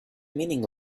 meaning